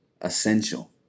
essential